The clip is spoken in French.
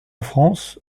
france